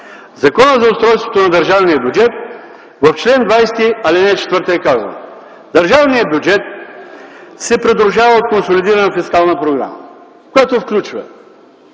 Закона за устройството на държавния бюджет в чл. 20, ал. 4 е казано: „Държавният бюджет се придружава от Консолидирана фискална програма, която включва